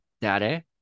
Daddy